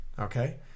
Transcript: Okay